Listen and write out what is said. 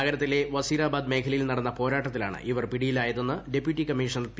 നഗരത്തിലെ വസീറാബാദ് മേഖലയിൽ നടന്ന പോരാട്ടത്തിലാണ് ഇവർ പിടിയിലായതെന്ന് ഡെപ്യൂട്ടി കമ്മീഷണർ പി